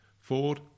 Ford